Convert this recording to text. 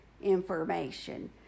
information